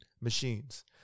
machines